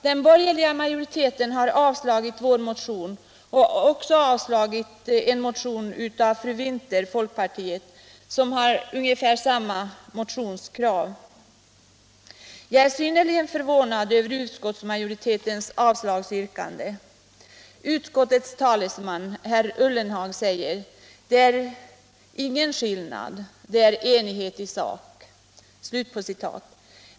Den borgerliga utskottsmajoriteten har avstyrkt vår motion liksom en motion av fru Winther i folkpartiet med ungefär samma krav. Jag är synnerligen förvånad över utskottsmajoritetens avslagsyrkande. Utskottets talesman, herr Ullenhag, säger att det inte är någon större skillnad, utan att det är enighet i sak.